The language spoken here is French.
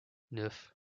neuf